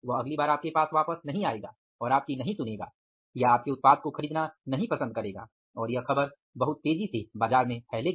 वह अगली बार आपके पास वापस नहीं आएगा और आपकी नहीं सुनेगा या आपके उत्पाद को खरीदना नहीं पसंद करेगा और यह खबर बहुत तेजी से बाजार में फैलेगी